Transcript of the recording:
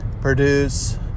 produce